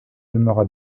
demeura